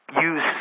use